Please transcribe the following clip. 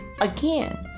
Again